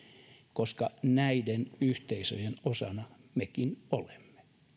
koska näiden yhteisöjen osana mekin olemme